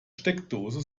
steckdose